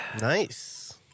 Nice